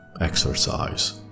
exercise